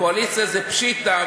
קואליציה זה פשיטא,